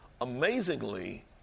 Amazingly